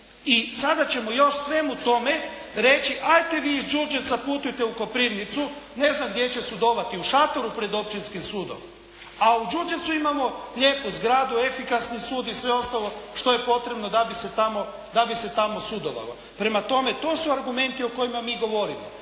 i sada ćemo još svemu tome reći ajte vi iz Đurđevca putujte u Koprivnicu. Ne znam gdje će sudovati, u šatoru pred općinskim sudom. A u Đurđevcu imamo lijepu zgradu, efikasni sud i sve ostalo što je potrebno da bi se tamo sudovalo. Prema tome, to su argumenti o kojima mi govorimo.